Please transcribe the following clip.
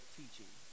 teaching